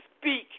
speak